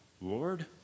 Lord